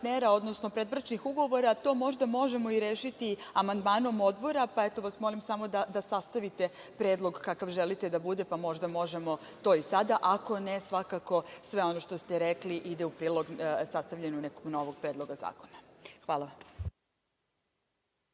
odnosno predbračnih ugovora, to možda možemo i rešiti amandmanom odbora. Molim vas samo da sastavite predlog kakav želite da bude, pa možda možemo to i sada. Ako ne, svakako sve ono što ste rekli ide u prilog sastavljanju nekog novog predloga zakona. Hvala